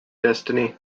destiny